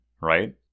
right